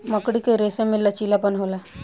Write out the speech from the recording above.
मकड़ी के रेसम में लचीलापन होला